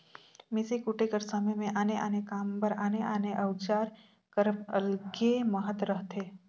मिसई कुटई कर समे मे आने आने काम बर आने आने अउजार कर अलगे महत रहथे